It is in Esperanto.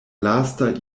lasta